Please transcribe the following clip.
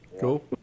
Cool